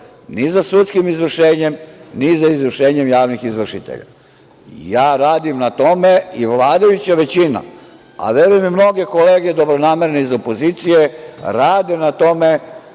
ni za sudskim izvršenjem, niti za izvršenjem javnih izvršitelja. Radim na tome i vladajuća većina, a verujem i mnoge dobronamerne kolege iz opozicije rade na tome,